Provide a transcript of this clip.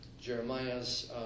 Jeremiah's